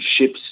ships